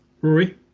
Rory